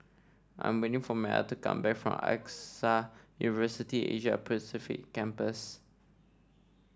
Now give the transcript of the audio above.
I'm waiting for Metta to come back from AXA University Asia Pacific Campus